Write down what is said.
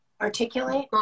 Articulate